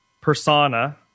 persona